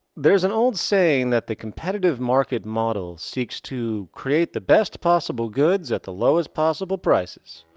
there is an old saying that the competitive market model seeks to. create the best possible goods at the lowest possible prices.